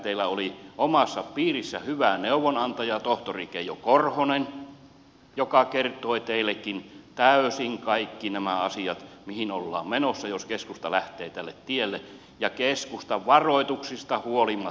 teillä oli omassa piirissänne hyvä neuvonantaja tohtori keijo korhonen joka kertoi teillekin täysin kaikki nämä asiat mihin ollaan menossa jos keskusta lähtee tälle tielle ja keskusta varoituksista huolimatta lähti